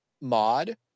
mod